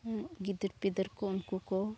ᱜᱤᱫᱟᱹᱨ ᱯᱤᱫᱟᱹᱨ ᱠᱚ ᱩᱱᱠᱩ ᱠᱚ